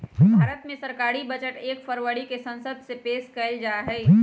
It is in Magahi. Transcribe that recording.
भारत मे सरकारी बजट एक फरवरी के संसद मे पेश कइल जाहई